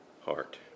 heart